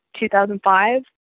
2005